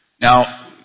Now